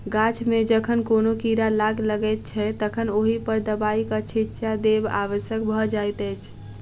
गाछ मे जखन कोनो कीड़ा लाग लगैत छै तखन ओहि पर दबाइक छिच्चा देब आवश्यक भ जाइत अछि